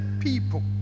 people